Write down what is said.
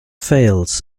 fails